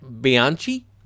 Bianchi